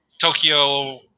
Tokyo